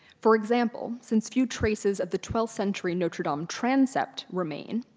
for example, since few traces of the twelfth century notre-dame transept remain,